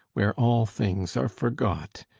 where all things are forgot!